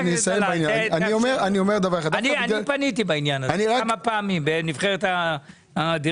אני פניתי בעניין הזה כמה פעמים לגבי נבחרת הדירקטורים.